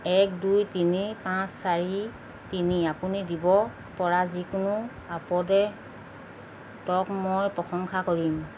এক দুই তিনি পাঁচ চাৰি তিনি আপুনি দিব পৰা যিকোনো আপডে'টক মই প্ৰশংসা কৰিম